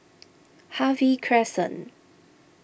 Harvey Crescent